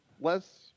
less